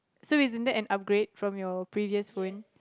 so isn't that an upgrade from your previous phone